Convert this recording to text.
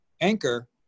anchor